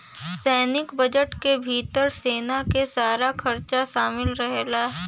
सैनिक बजट के भितर सेना के सारा खरचा शामिल रहेला